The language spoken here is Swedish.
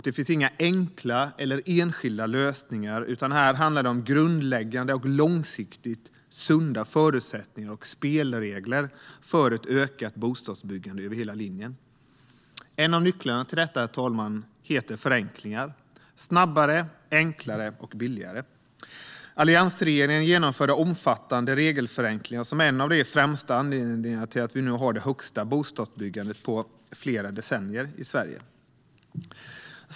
Det finns inga enkla eller enskilda lösningar, utan här handlar det om grundläggande och långsiktigt sunda förutsättningar och spelregler för ett ökat bostadsbyggande över hela linjen. En av nycklarna till detta, herr talman, är förenklingar - snabbare, enklare och billigare. Alliansregeringen genomförde omfattande regelförenklingar, vilket är en av de främsta anledningarna till att vi nu har det mest intensiva bostadsbyggandet på flera decennier i Sverige.